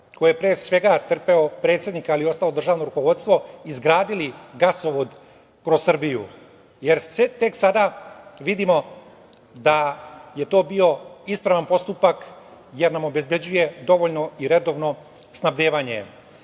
koje je trpeo predsednik, ali i ostalo državno rukovodstvo, izgradili gasovod kroz Srbiju, jer tek sada vidimo da je to bio ispravan postupak jer nam obezbeđuje dovoljno i redovno snabdevanje. Na